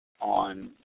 on